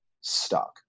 stuck